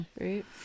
Right